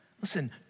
Listen